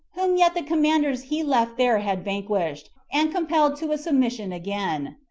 whom yet the commanders he left there had vanquished, and compelled to a submission again.